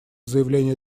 заявления